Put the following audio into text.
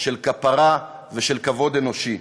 של כפרה ושל כבוד אנושי".